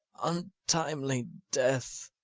untimely death!